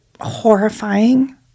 horrifying